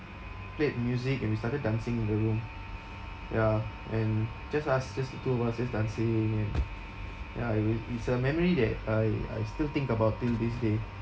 played music and we started dancing in the room ya and just us just the of two just dancing and ya it wa~ it's a memory that I I still think about till this day